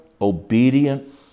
obedient